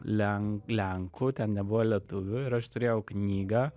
len lenkų ten nebuvo lietuvių ir aš turėjau knygą